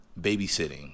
Babysitting